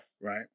Right